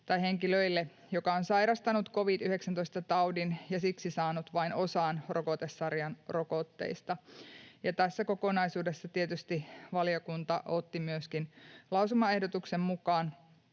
henkilölle, joka on sairastanut covid-19-taudin ja siksi saanut vain osan rokotesarjan rokotteista. Tässä kokonaisuudessa valiokunta tietysti otti myöskin lausumaehdotuksen mukaan,